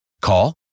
Call